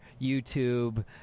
YouTube